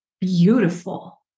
beautiful